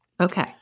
Okay